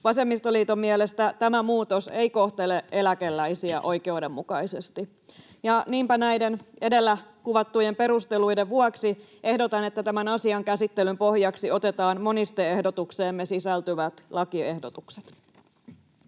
Vasemmistoliiton mielestä tämä muutos ei kohtele eläkeläisiä oikeudenmukaisesti, ja niinpä näiden edellä kuvattujen perusteluiden vuoksi ehdotan, että tämän asian käsittelyn pohjaksi otetaan moniste-ehdotukseemme sisältyvät lakiehdotukset.